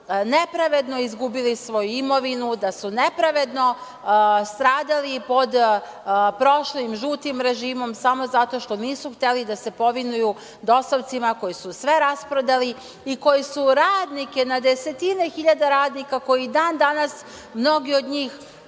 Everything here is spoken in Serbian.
da su nepravedno izgubili svoju imovinu, da su nepravedno stradali i pod prošlim žutim režimom samo zato što nisu hteli da se povinuju dosovcima koji su sve rasprodali i koji su radnike, na desetine hiljada radnika koji i dan danas, mnogi od njih